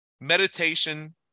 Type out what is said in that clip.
meditation